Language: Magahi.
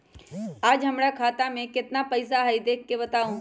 आज हमरा खाता में केतना पैसा हई देख के बताउ?